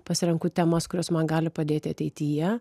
pasirenku temas kurios man gali padėti ateityje